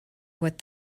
what